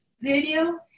video